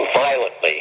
violently